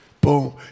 Boom